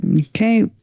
Okay